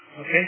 Okay